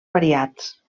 variats